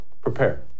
prepare